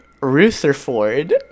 Rutherford